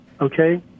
Okay